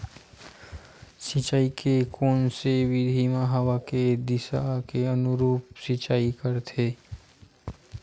सिंचाई के कोन से विधि म हवा के दिशा के अनुरूप सिंचाई करथे?